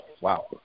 wow